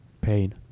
pain